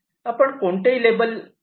आपण कोणतेही लेबल घेतलेले पाहाल